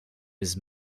was